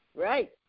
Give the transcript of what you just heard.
Right